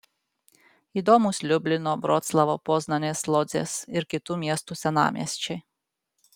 įdomūs liublino vroclavo poznanės lodzės ir kitų miestų senamiesčiai